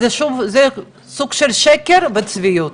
אז זה שוב, סוג של שקר וצביעות.